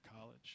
College